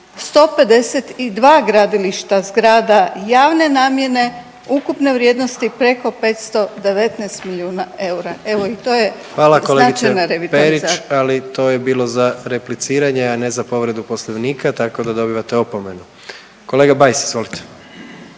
152 gradilišta zgrada javne namjene ukupne vrijednosti preko 519 milijuna eura, evo, to je značajna revitalizacija. **Jandroković, Gordan (HDZ)** Hvala kolegice Perić, ali to je bilo za repliciranje, a ne za povredu Poslovnika, tako da dobivate opomenu. Kolega Bajs, izvolite.